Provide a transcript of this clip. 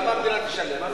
למה המדינה תשלם?